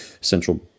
central